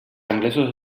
anglesos